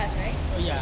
oh ya